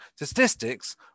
statistics